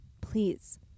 Please